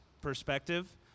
perspective